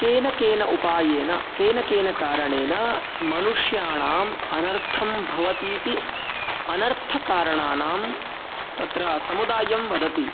केन केन उपायेन केन केन कारणेन मनुष्याणाम् अनर्थं भवति इति अनर्थकारणानां तत्र समुदायं वदति